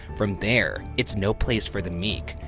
from there, it's no place for the meek,